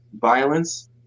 violence